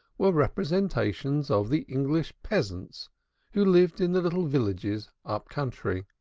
were representations of the english peasants who lived in the little villages up country.